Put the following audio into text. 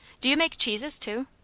do you make cheeses too?